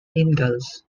ingalls